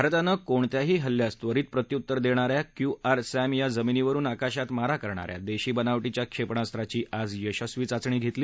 भारतानं कोणत्याही हल्ल्यास त्वरित प्रत्य्तर देणाऱ्या क्यूआरसॅम या जमिनीवरुन आकाशात मारा करणा या देशी बनावटीच्या क्षेपणास्त्राची आज यशस्वी चाचणी घेतली